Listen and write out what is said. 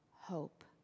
hope